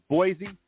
Boise